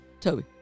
Toby